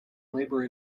labor